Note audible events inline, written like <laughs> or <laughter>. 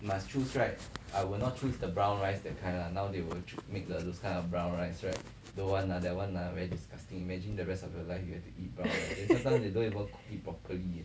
<laughs>